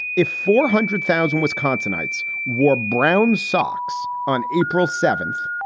if four hundred thousand wisconsinites wore brown socks on april seventh,